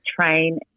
train